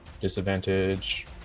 Disadvantage